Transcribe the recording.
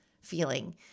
feeling